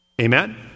Amen